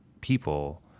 people